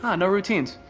ah no routines.